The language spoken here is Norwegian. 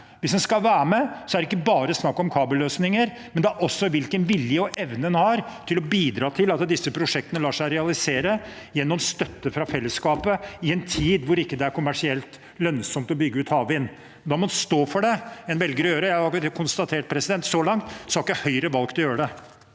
Hvis en skal være med, er det ikke bare snakk om kabelløsninger, men også hvilken vilje og evne en har til å bidra til at disse prosjektene lar seg realisere gjennom støtte fra fellesskapet, i en tid da det ikke er kommersielt lønnsomt å bygge ut havvind. Da må en stå for det en velger å gjøre, og jeg konstaterer at så langt har ikke Høyre valgt å gjøre det.